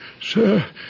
Sir